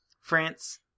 France